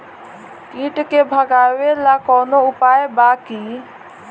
कीट के भगावेला कवनो उपाय बा की?